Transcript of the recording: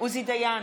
עוזי דיין,